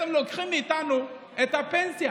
לוקחים מאיתנו את הפנסיה.